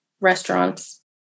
restaurants